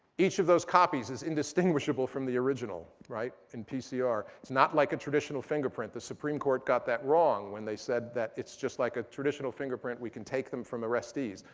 each of those copies is indistinguishable from the original in pcr. it's not like a traditional fingerprint. the supreme court got that wrong when they said that it's just like a traditional fingerprint. we can take them from arrestees.